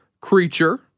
creature